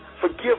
Forgive